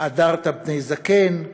"והדרת פני זקן".